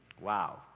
Wow